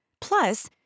Plus